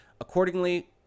accordingly